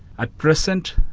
at present,